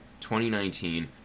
2019